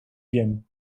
wiem